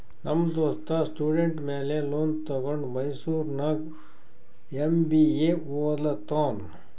ನಮ್ ದೋಸ್ತ ಸ್ಟೂಡೆಂಟ್ ಮ್ಯಾಲ ಲೋನ್ ತಗೊಂಡ ಮೈಸೂರ್ನಾಗ್ ಎಂ.ಬಿ.ಎ ಒದ್ಲತಾನ್